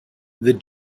the